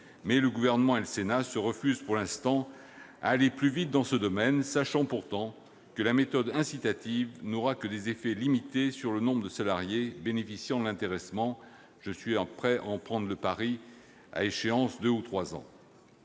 mais le Gouvernement et le Sénat se refusent pour l'instant à aller plus vite dans ce domaine, sachant pourtant que la méthode incitative n'aura que des effets limités sur le nombre de salariés bénéficiaires de ce dispositif. Je suis prêt à prendre le pari qu'une telle mesure